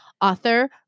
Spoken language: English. author